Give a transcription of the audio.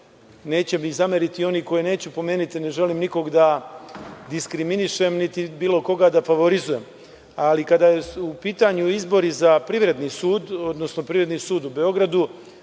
Neće mi zameriti one koje neću pomenuti i ne želim nikog da diskriminišem, niti bilo koga da favorizujem, ali kada je u pitanju izbor za privredni sud, odnosno Privredni sud u Beogradu,